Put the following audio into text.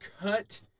cut